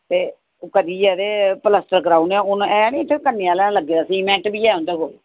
ते ओह् करियै ते प्लस्तर कराउने आं हून ऐ नी इत्थें कन्नै आह्लें लग्गे दे सीमैंट बी ऐ उं'दे कोल